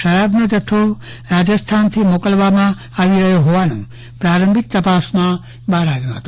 શરાબનો જથ્થો રાજસ્થાની મોકલવામાં આવ્યો હોવાનું પ્રારંભીક તપાસમાં બહાર આવ્યું છે